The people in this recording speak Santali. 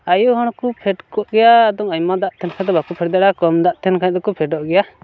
ᱟᱭᱳ ᱦᱚᱲ ᱦᱚᱸ ᱠᱚ ᱯᱷᱮᱰ ᱠᱚᱜ ᱠᱮᱭᱟ ᱟᱫᱚᱢ ᱟᱭᱢᱟ ᱫᱟᱜ ᱛᱟᱦᱮᱱ ᱠᱷᱟᱱ ᱫᱚ ᱵᱟᱠᱚ ᱯᱷᱮᱰ ᱫᱟᱲᱮᱭᱟᱜᱼᱟ ᱠᱚᱢ ᱫᱟᱜ ᱛᱟᱦᱮᱱ ᱠᱷᱟᱡ ᱫᱚᱠᱚ ᱯᱷᱮᱰᱚᱜ ᱜᱮᱭᱟ